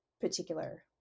particular